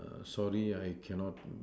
sorry I cannot